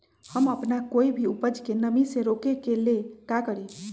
हम अपना कोई भी उपज के नमी से रोके के ले का करी?